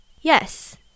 Yes